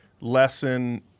lesson—